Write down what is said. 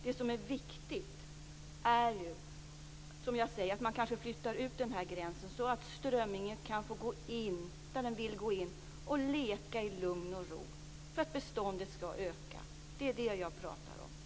Det som är viktigt är att man kanske flyttar ut gränsen så att strömmingen kan få in där den vill gå in och leka i lugn och ro för att beståndet skall öka. Det är det jag pratar om.